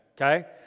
Okay